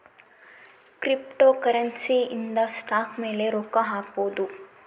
cryptocurrency ಇಂದ stock ಮೇಲೆ ರೊಕ್ಕ ಹಾಕ್ಬೊದು